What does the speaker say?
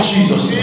Jesus